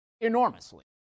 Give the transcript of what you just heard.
enormously